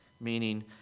meaning